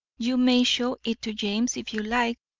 you may show it to james if you like,